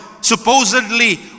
supposedly